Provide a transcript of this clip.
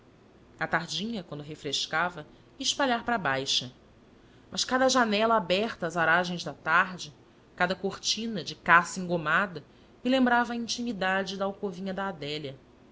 tardinha quando refrescava ia espalhar para a baixa mas cada janela aberta às aragens da tarde cada cortina de cassa engomada me lembrava a intimidade da alcovinha da adélia